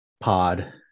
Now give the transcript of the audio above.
pod